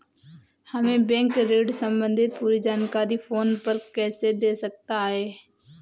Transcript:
हमें बैंक ऋण संबंधी पूरी जानकारी फोन पर कैसे दे सकता है?